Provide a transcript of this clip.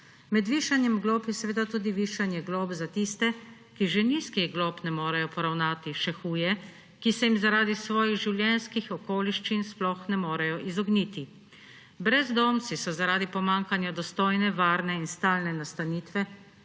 Med višanjem glob je seveda tudi višanje glob za tiste, ki že nizkih glob ne morejo poravnati; še huje, ki se jim zaradi svojih življenjskih okoliščin sploh ne morejo izogniti. Brezdomci so zaradi pomanjkanja dostojne, varne in stalne nastanitve